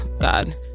God